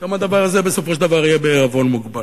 גם הדבר הזה, בסופו של דבר, יהיה בעירבון מוגבל.